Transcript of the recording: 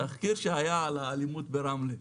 התחקיר שהיה על האלימות ברמלה.